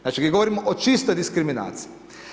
Znači, mi govorimo o čistoj diskriminaciji.